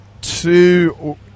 two